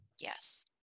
Yes